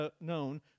known